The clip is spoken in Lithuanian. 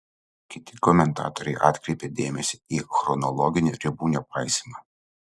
kiti komentatoriai atkreipė dėmesį į chronologinių ribų nepaisymą